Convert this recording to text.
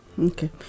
Okay